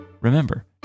Remember